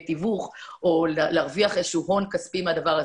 תיווך או להרוויח איזה שהוא הון כספי מהדבר הזה.